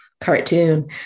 cartoon